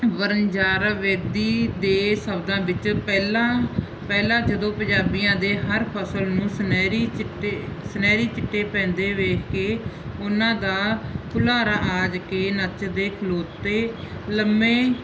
ਵਣਜਾਰਾ ਬੇਦੀ ਦੇ ਸ਼ਬਦਾਂ ਵਿੱਚ ਪਹਿਲਾਂ ਪਹਿਲਾਂ ਜਦੋਂ ਪੰਜਾਬੀਆਂ ਦੇ ਹਰ ਫਸਲ ਨੂੰ ਸੁਨਹਿਰੀ ਚਿੱਟੇ ਸੁਨਹਿਰੀ ਚਿੱਟੇ ਪੈਂਦੇ ਵੇਖ ਕੇ ਉਹਨਾਂ ਦਾ ਭੁਲਾਰਾ ਆਜ ਕੇ ਨੱਚਦੇ ਖਲੋਤੇ ਲੰਮੇ